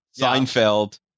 Seinfeld